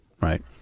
right